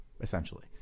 essentially